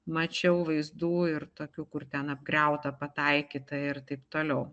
mačiau vaizdų ir tokių kur ten apgriauta pataikyta ir taip toliau